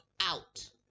out